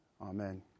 Amen